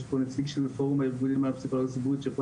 יש פה נציג של פורום הארגונים למען פסיכולוגיה ציבורית שיכול